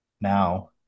now